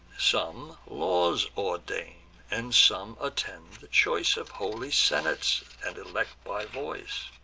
some laws ordain and some attend the choice of holy senates, and elect by voice.